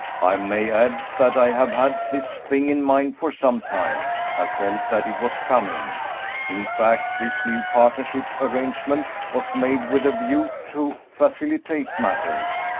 i may add that i have had this thing in mind for some time have felt that it was coming in fact, this new partnership arrangement was made with a view to facilitate matters,